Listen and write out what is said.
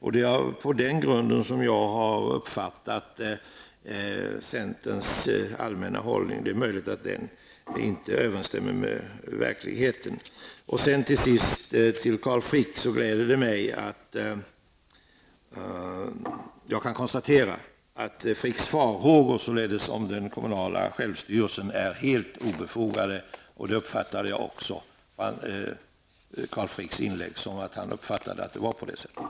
Men det är möjligt att vad som sägs i motionerna inte överensstämmer med den centrala centerinriktningen och med verkligheten. Till sist till Carl Frick: Jag kan konstatera att Carl Fricks farhågor beträffande det kommunala självstyret är helt obefogade. Jag uppfattade också att Carl Frick ansåg att det var på det sättet.